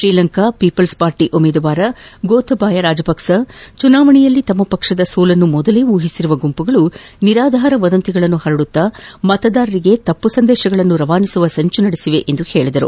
Sri Lanka people's ಪಾರ್ಟಯ ಉಮೇದುವಾರ ಗೊಟಬಾಯ ರಾಜಪಕ್ಕ ಚುನಾವಣೆಯಲ್ಲಿ ತಮ್ನ ಪಕ್ಷದ ಸೋಲನ್ನು ಮೊದಲೇ ಊಹಿಸಿರುವ ಗುಂಪುಗಳು ನಿರಾಧಾರ ವದಂತಿಗಳನ್ನು ಪರಡುತ್ತಾ ಮತದಾರರಿಗೆ ತಪ್ಪು ಸಂದೇಶಗಳನ್ನು ರವಾನಿಸುವ ಸಂಚು ನಡೆಸಿದ್ದಾರೆ ಎಂದರು